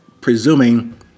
presuming